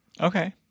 Okay